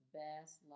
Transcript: best